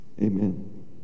amen